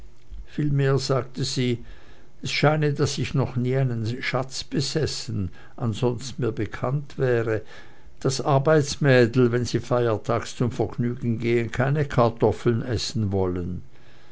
vielmehr sagte sie es scheine daß ich noch nie einen schatz besessen ansonst mir bekannt wäre daß arbeitsmädel wenn sie feiertags zum vergnügen gehen keine kartoffeln essen wollen